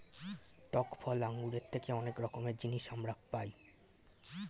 টক ফল আঙ্গুরের থেকে অনেক রকমের জিনিস আমরা পাই